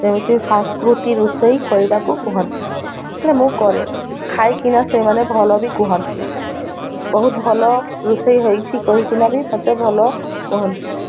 ଯେମିତି ସଂସ୍କୃତି ରୋଷେଇ କରିବାକୁ କୁହନ୍ତି ହେଲେ ମୁଁ କରେ ଖାଇକିନା ସେମାନେ ଭଲ ବି କୁହନ୍ତି ବହୁତ ଭଲ ରୋଷେଇ ହୋଇଛି କହିକିନା ବି ମୋତେ ଭଲ କୁହନ୍ତି